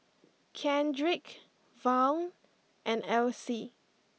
Kendrick Vaughn and Alcee